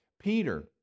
Peter